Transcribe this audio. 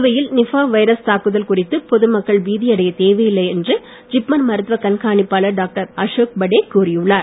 புதுவையில் நிப்பா வைரஸ் தாக்குதல் குறித்து பொதுமக்கள் பீதி அடையத் தேவையில்லை என்று ஜிப்மர் மருத்துவ கண்காணிப்பாளர் டாக்டர் அசோக் படே கூறியுள்ளார்